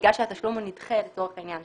בגלל שהתשלום נדחה לצורך העניין,